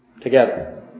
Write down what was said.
Together